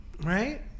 right